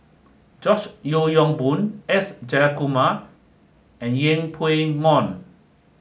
George Yeo Yong Boon S Jayakumar and Yeng Pway Ngon